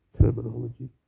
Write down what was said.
terminology